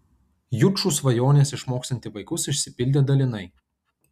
jučų svajonės išmokslinti vaikus išsipildė dalinai